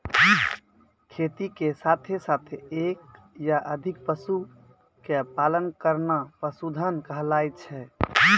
खेती के साथॅ साथॅ एक या अधिक पशु के पालन करना पशुधन कहलाय छै